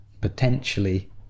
potentially